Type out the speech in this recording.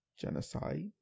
Genocide